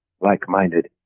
like-minded